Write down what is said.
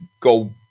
go